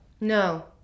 No